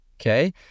okay